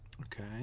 okay